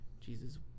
Jesus